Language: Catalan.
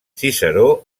ciceró